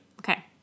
Okay